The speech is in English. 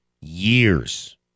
years